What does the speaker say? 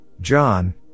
John